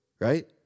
right